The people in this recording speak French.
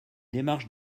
démarche